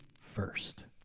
first